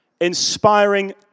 inspiring